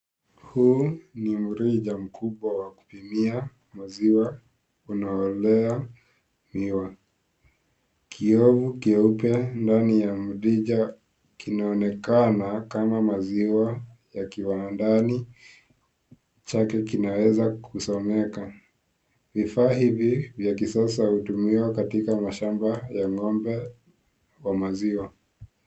Huu ni mrija mkubwa wa kupimia maziwa unaoelea miwa. Kiowevu cheupe ndani ya mrija kinaonekana kama maziwa yakiwa ndani. Chake kinaweza kusomeka. Vifaa hivi vya kiasa hutumiwa katika mashamba ya ng'ombe wa maziwa.